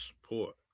support